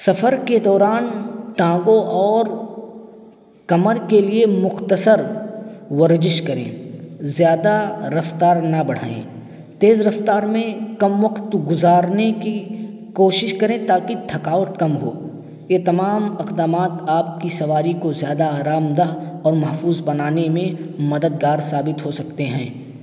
سفر کے دوران ٹانگوں اور کمر کے لیے مختصر ورزش کریں زیادہ رفتار نہ بڑھائیں تیز رفتار میں کم وقت گزارنے کی کوشش کریں تاکہ تھکاوٹ کم ہو یہ تمام اقدامات آپ کی سواری کو زیادہ آرام دہ اور محفوظ بنانے میں مددگار ثابت ہو سکتے ہیں